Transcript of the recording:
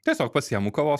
tiesiog pasiimu kavos